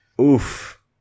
Oof